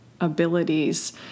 abilities